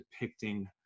depicting